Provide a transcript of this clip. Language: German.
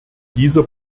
dieser